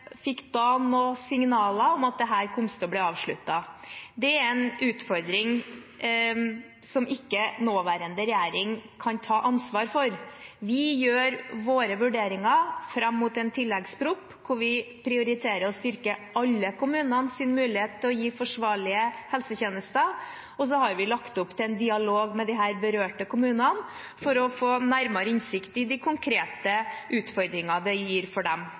fikk da noen signaler om at dette kom til å bli avsluttet. Det er en utfordring som ikke nåværende regjering kan ta ansvar for. Vi gjør våre vurderinger fram mot en tilleggsproposisjon, hvor vi prioriterer å styrke alle kommunenes mulighet til å gi forsvarlige helsetjenester. Så har vi lagt opp til en dialog med de berørte kommunene for å få nærmere innsikt i de konkrete utfordringene det gir for dem.